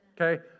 Okay